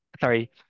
sorry